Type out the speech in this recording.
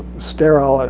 sterile ah